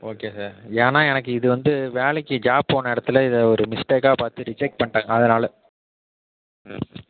okay sir ஏன்னா எனக்கு இது வந்து வேலைக்கு ஜாப் போன இடத்துல இதை ஒரு மிஸ்டேக்காக பார்த்து ரிஜெக்ட் பண்ணிவிட்டாங்க அதனால்